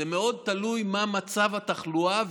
זה מאוד תלוי מה מצב התחלואה,